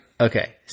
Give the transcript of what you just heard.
Okay